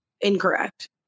incorrect